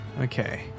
Okay